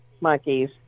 monkeys